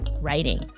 writing